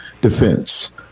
defense